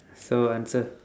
so answer